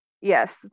yes